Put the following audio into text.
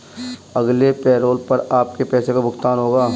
अगले पैरोल पर आपके पैसे का भुगतान होगा